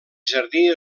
jardí